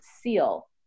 seal